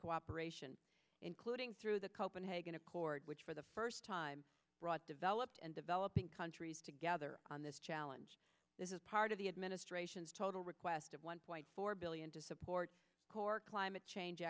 cooperation including through the copenhagen accord which for the first time brought developed and develop countries together on this challenge this is part of the administration's total request of one point four billion to support core climate change